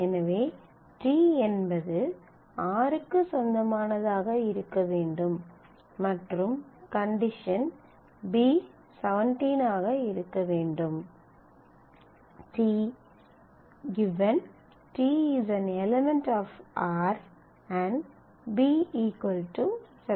எனவே t என்பது r க்கு சொந்தமானதாக இருக்க வேண்டும் மற்றும் கண்டிஷன் B 17 ஆக இருக்க வேண்டும் t | t € r B 17